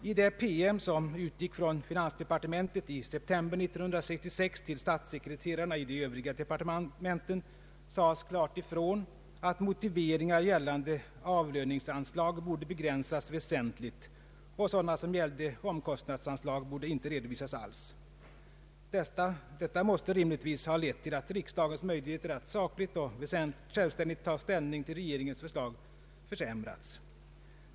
I den PM som utgick från finansdepartementet i september 1966 till statssekreterarna i de övriga departementen sades klart ifrån att motiveringar gällande avlöningsanslag borde begränsas väsentligt och att sådana som gällde omkostnadsanslag inte borde redovisas alls. Detta måste rimligtvis ha lett till att riksdagens möjligheter att sakligt och självständigt ta ställning till regeringens förslag försämrats.